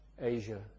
Asia